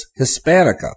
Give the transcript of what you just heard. hispanica